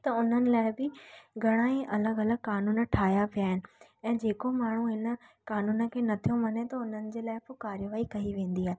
त उन्हनि लाइ बि घणा ई अलॻि अलॻि क़ानून ठाहियां विया आहिनि ऐं जेको माण्हू इन क़ानून खे न थो मञे त उन्हनि जे लाइ पोइ कार्यवाही कई वेंदी आहे